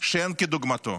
שאין כדוגמתו.